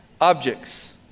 objects